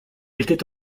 était